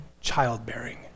childbearing